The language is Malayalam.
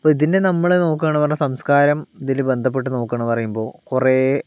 ഇപ്പോൾ ഇതിന്റെ നമ്മളെ നോക്കുകയാണെന്ന് പറഞ്ഞാൽ സംസ്കാരം ഇതില് ബന്ധപ്പെട്ട് നോക്കുകയാണെന്ന് പറയുമ്പോൾ കുറേ